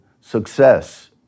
success